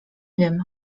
wiem